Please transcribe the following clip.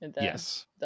Yes